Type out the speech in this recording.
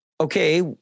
okay